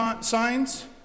signs